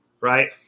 right